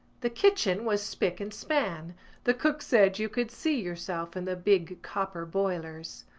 the kitchen was spick and span the cook said you could see yourself in the big copper boilers.